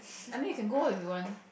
I mean you can go if you want